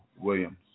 Williams